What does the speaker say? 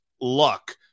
luck